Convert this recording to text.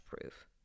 proof